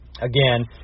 Again